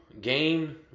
game